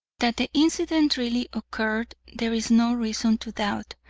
that the incident really occurred there is no reason to doubt,